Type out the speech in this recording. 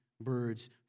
birds